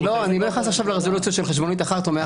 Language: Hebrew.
אני לא נכנס עכשיו לרזולוציות של חשבונית אחת.